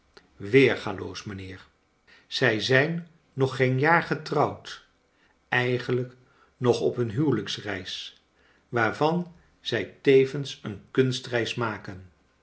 weergaloos mijnheer zij zijn nog geen jaar getrouwd eigenlijk nog op hun huwelijksreis waarvan zij tevens een kunstreis maken